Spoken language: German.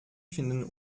finden